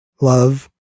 love